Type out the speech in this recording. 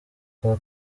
kwa